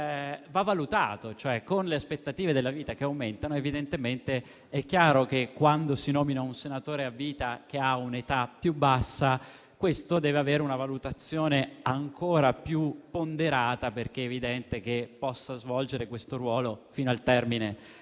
va valutato. Evidentemente, con le aspettative di vita che aumentano, è chiaro che quando si nomina un senatore a vita che ha un'età più bassa, questi dovrò avere una valutazione ancora più ponderata, perché è evidente che questi potrà svolgere questo ruolo fino al termine